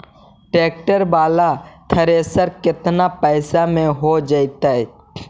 Tractor बाला thresher केतना पैसा में हो जैतै?